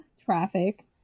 traffic